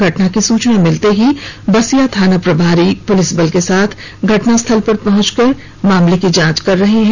घटना की सूचना मिलते ही बसिया थाना प्रभारी पुलिस बल के साथ घटनास्थल पर पहुँच कर मामले की जांच कर रहे हैं